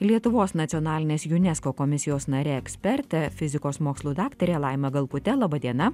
lietuvos nacionalinės unesco komisijos nare eksperte fizikos mokslų daktare laima galkute laba diena